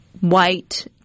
white